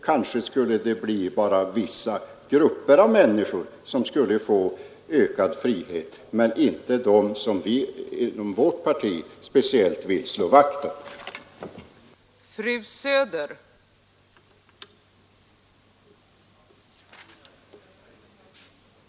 Det skulle kanske bara bli vissa grupper av människor som fick denna ökade frihet, men inte de som vi från vårt parti speciellt vill slå vakt om.